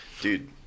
dude